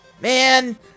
Man